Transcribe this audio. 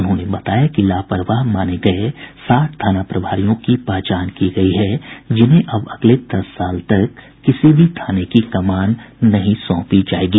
उन्होंने बताया कि लापरवाह माने गये साठ थाना प्रभारियों की पहचान की गयी है जिन्हें अब अगले दस साल तक किसी भी थाने की कमान नहीं सौंपी जायेगी